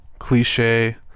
cliche